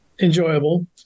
enjoyable